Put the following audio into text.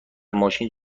ماشین